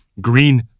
Green